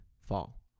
fall